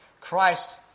Christ